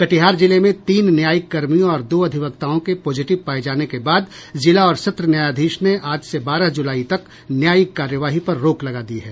कटिहार जिले में तीन न्यायिक कर्मियों और दो अधिवक्ताओं के पॉजिटिव पाये जाने के बाद जिला और सत्र न्यायाधीश ने आज से बारह जुलाई तक न्यायिक कार्यवाही पर रोक लगा दी है